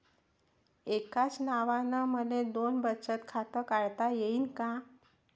एकाच नावानं मले दोन बचत खातं काढता येईन का?